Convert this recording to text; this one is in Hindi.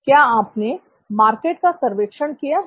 क्या आपने मार्केट का सर्वेक्षण किया है